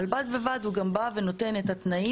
אבל בד בבד הוא גם בא ונותן את התנאים